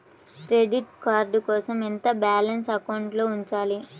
Credit card కోసం ఎంత balance అకౌంట్లో ఉంచాలి?